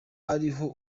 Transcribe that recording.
ariho